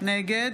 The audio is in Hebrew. נגד